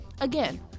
again